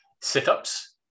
sit-ups